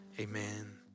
amen